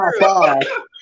five